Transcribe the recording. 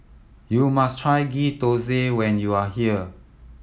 you must try Ghee Thosai when you are here